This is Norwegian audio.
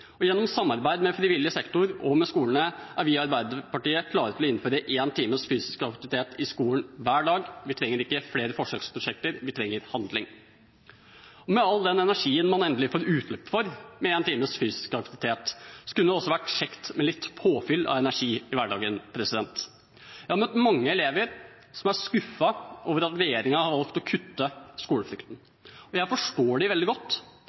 Gjennom samarbeid mellom frivillig sektor og skolene er vi i Arbeiderpartiet klare til å innføre en times fysisk aktivitet i skolen hver dag. Vi trenger ikke flere forsøksprosjekter, vi trenger handling. Med all den energien man endelig får utløp for med en times fysisk aktivitet, kunne det også vært kjekt med litt påfyll av energi i hverdagen. Jeg har møtt mange elever som er skuffet over at regjeringen har valgt å kutte skolefrukten. Og jeg forstår dem veldig godt,